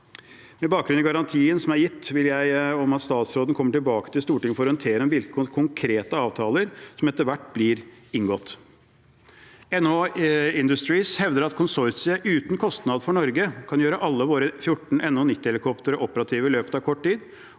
Med bakgrunn i garantien som er gitt, vil jeg be om at statsråden kommer tilbake til Stortinget for å orientere om hvilke konkrete avtaler som etter hvert blir inngått. NHIndustries hevder at konsortiet, uten kostnad for Norge, kan gjøre alle våre 14 NH90-helikoptre operative i løpet av kort tid,